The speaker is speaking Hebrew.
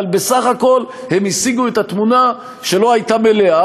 אבל בסך הכול הם השיגו את התמונה שלא הייתה מלאה,